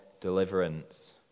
deliverance